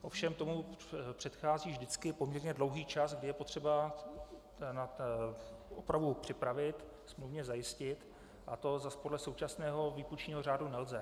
Ovšem tomu předchází vždycky poměrně dlouhý čas, kdy je potřeba opravu připravit, smluvně zajistit, a to zas podle současného výpůjčního řádu nelze.